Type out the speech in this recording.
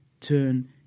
turn